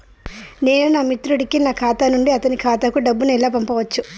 నేను నా మిత్రుడి కి నా ఖాతా నుండి అతని ఖాతా కు డబ్బు ను ఎలా పంపచ్చు?